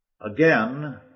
Again